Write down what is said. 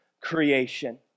creation